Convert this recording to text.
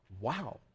wow